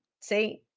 See